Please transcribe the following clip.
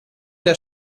der